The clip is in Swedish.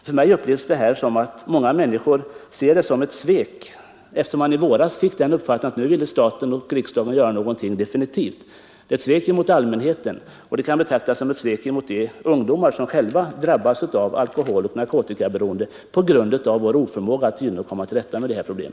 Jag upplever det så att många människor ser det som ett svek, eftersom vi i våras fick den uppfattningen att nu ville staten och riksdagen göra något definitivt. Det upplevs som ett svek mot allmänheten, som ett svek mot de ungdomar som har drabbats av alkoholoch narkotikaberoende på grund av vår oförmåga att komma till rätta med dessa problem.